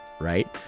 right